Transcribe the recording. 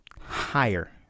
higher